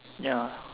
ya